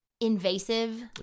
invasive